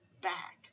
back